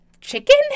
chicken